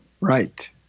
Right